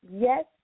yes